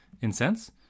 incense